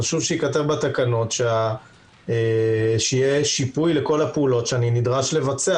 חשוב שייכתב בתקנות שיהיה שיפוי על כל הפעולות שאני נדרש לבצע.